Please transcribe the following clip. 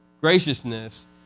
graciousness